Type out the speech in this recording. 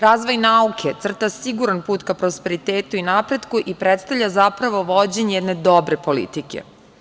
Razvoj nauke crta siguran put ka prosperitetu i napretku i predstavlja zapravo vođenje jedne dobre politike.